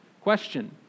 question